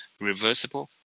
reversible